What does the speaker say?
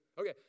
Okay